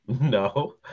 no